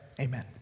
Amen